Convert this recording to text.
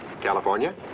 California